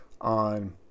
on